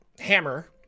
hammer